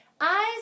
Eyes